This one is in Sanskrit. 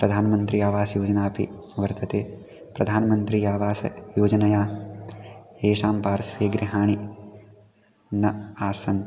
प्रधानमन्त्री आवास् योजना अपि वर्तते प्रधानमन्त्री आवासयोजनया येषां पार्श्वे गृहाणि न आसन्